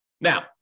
Now